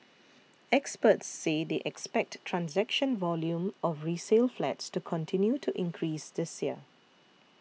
experts say they expect transaction volume of resale flats to continue to increase this year